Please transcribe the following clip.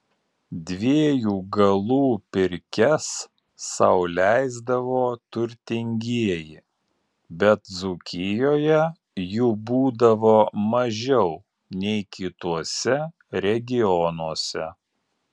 dviejų galų pirkias sau leisdavo turtingieji bet dzūkijoje jų būdavo mažiau nei kituose regionuose